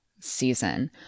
season